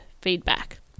feedback